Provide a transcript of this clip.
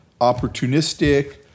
opportunistic